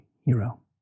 Hero